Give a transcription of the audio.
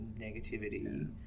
negativity